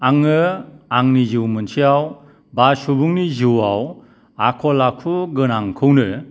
आङो आंनि जिउ मोनसेआव बा सुबुंनि जिउआव आखल आखु गोनांखौनो